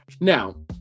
Now